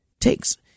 takes